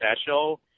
special